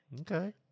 Okay